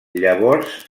llavors